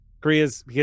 Korea's